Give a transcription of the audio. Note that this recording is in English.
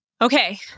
Okay